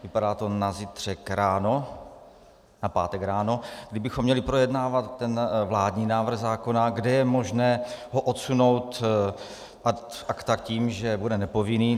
Vypadá to na zítřek ráno, na pátek ráno, kdy bychom měli projednávat ten vládní návrh zákona, kde je možné ho odsunout ad acta tím, že bude nepovinný.